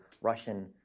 Russian